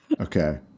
Okay